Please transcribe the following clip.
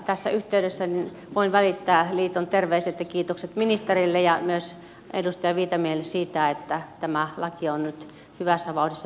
tässä yhteydessä voin välittää liiton terveiset ja kiitokset ministerille ja myös edustaja viitamiehelle siitä että tämä laki on nyt hyvässä vauhdissa menossa eteenpäin